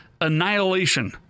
Annihilation